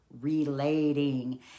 relating